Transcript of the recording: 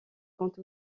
compte